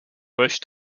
bush